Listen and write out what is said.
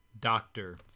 Doctor